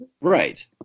Right